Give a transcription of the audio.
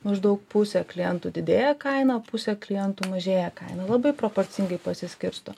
maždaug pusė klientų didėja kaina pusė klientų mažėja kaina labai proporcingai pasiskirsto